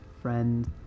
friends